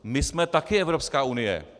My jsme také Evropská unie.